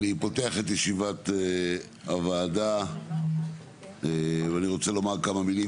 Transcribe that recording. אני פותח את ישיבת הוועדה ואני רוצה לומר כמה מילים,